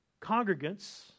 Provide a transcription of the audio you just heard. congregants